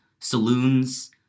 saloons